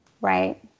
Right